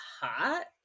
hot